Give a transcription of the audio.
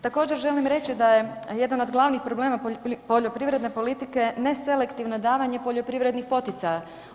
Također želim reći da je jedan od glavnih problema poljoprivredne politike neselektivna davanja poljoprivrednih poticaja.